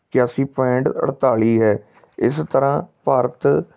ਇਕਾਸੀ ਪੋਆਇੰਟ ਅਠਤਾਲੀ ਹੈ ਇਸ ਤਰ੍ਹਾਂ ਭਾਰਤ